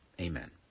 Amen